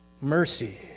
mercy